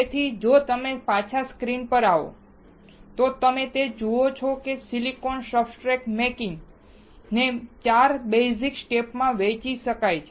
તેથી જો તમે પાછા સ્ક્રીન પર આવો તો તમે જે જુઓ છો તે સિલિકોન સબસ્ટ્રેટ મેકિંગ ને 4 બેઝિક સ્ટેપ માં વહેંચી શકાય છે